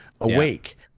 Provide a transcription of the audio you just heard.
awake